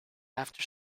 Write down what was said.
after